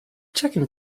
chicken